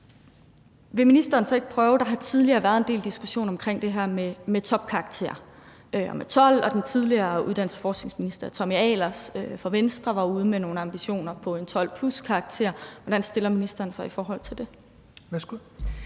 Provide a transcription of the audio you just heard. det omme bagved lige før. Der har tidligere været en del diskussion omkring det her med topkarakterer og karakteren 12. Den tidligere uddannelses- og forskningsminister Tommy Ahlers fra Venstre var ude med nogle ambitioner om en 12+-karakter. Hvordan stiller ministeren sig i forhold til det?